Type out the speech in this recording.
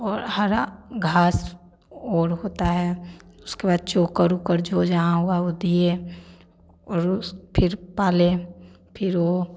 और हरा घास और होता है उसके बाद चोकर उकर जो जहाँ हुआ वो दिए और उस फिर पालें फिर वो